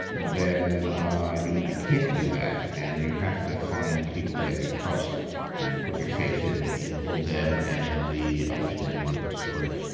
then you you can't do that. and you have to find people that you trust and put your faith in in them and in the understanding of the story.